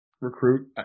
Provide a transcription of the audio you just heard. recruit